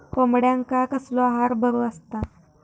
कोंबड्यांका कसलो आहार बरो असता?